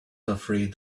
afraid